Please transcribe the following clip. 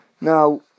now